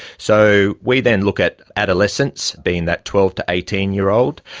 so we then look at adolescents being that twelve to eighteen year old,